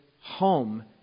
home